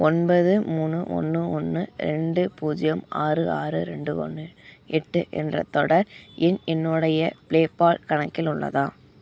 ஒன்பது மூணு ஒன்று ஒன்று ரெண்டு பூஜ்ஜியம் ஆறு ஆறு ரெண்டு ஒன்று எட்டு என்ற தொடர் எண் என்னுடைய பே பால் கணக்கில் உள்ளதா